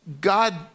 God